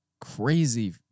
crazy